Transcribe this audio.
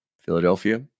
philadelphia